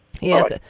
Yes